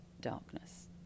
darkness